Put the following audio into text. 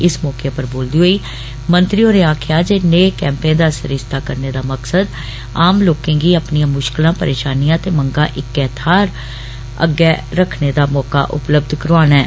इस मौके उप्पर बोलदे होई मंत्री होरें आक्खेआ जे नेह षिवरें दा आयोजन करने दा मकसद आम लोकें गी अपनियां मुष्कला परेषानियां ते मंगां इक्कै थाहर उप्पर पुट्टने दा मौका उपलब्ध करौआना ऐ